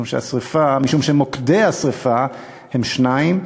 משום שמוקדי השרפה הם שניים,